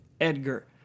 Edgar